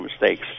mistakes